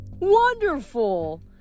wonderful